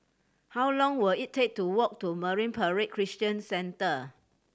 how long will it take to walk to Marine Parade Christian Centre